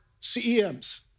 CEMs